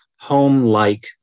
home-like